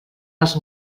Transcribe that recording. els